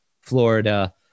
Florida